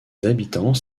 habitants